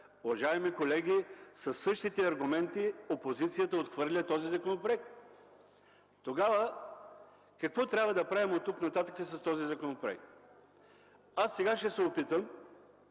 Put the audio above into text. Уважаеми колеги, със същите аргументи опозицията отхвърля този законопроект. Тогава какво трябва да правим оттук нататък с този законопроект? Аз сега ще се опитам